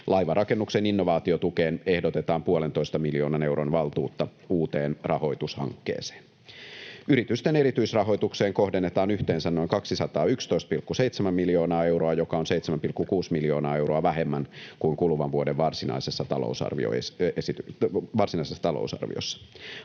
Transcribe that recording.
Laivanrakennuksen innovaatiotukeen ehdotetaan puolentoista miljoonan euron valtuutta uuteen rahoitushankkeeseen. Yritysten erityisrahoitukseen kohdennetaan yhteensä noin 211,7 miljoonaa euroa, joka on 7,6 miljoonaa euroa vähemmän kuin kuluvan vuoden varsinaisessa talousarviossa.